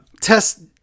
test